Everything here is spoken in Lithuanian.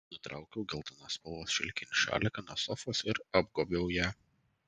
nutraukiau geltonos spalvos šilkinį šaliką nuo sofos ir apgobiau ją